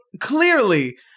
clearly